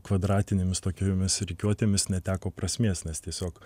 kvadratinėmis tokiomis rikiuotėmis neteko prasmės nes tiesiog